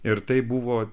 ir tai buvo